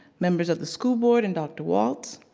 members of the school board and dr. walts.